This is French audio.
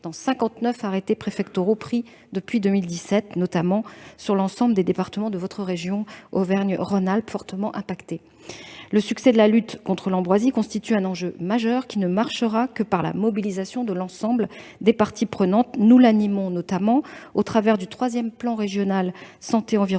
arrêtés préfectoraux pris depuis 2017, notamment dans l'ensemble des départements de votre région Auvergne-Rhône-Alpes, qui est fortement affectée. Le succès de la lutte contre l'ambroisie est un enjeu majeur, qui ne sera réglé que par la mobilisation de l'ensemble des parties prenantes. Nous animons, notamment, cette lutte au travers du troisième plan régional santé environnement,